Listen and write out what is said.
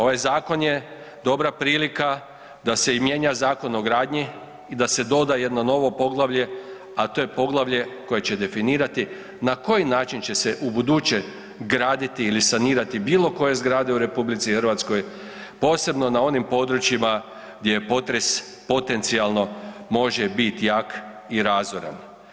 Ovaj zakon je dobra prilika da se i mijenja Zakon o gradnji i da se doda jedno poglavlje, a to je poglavlje koje će definirati na koji način će se ubuduće graditi ili sanirati bilo koje zgrade u RH posebno na onim područjima gdje je potres potencijalno može biti jak i razoran.